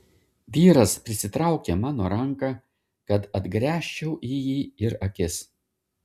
vyras prisitraukė mano ranką kad atgręžčiau į jį ir akis